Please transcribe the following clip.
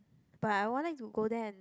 but I want them to go there and